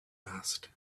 asked